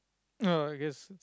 uh I guess